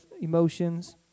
emotions